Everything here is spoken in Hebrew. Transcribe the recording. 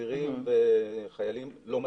אסירים וחיילים מצביעים.